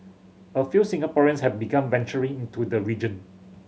a few Singaporeans have begun venturing into the region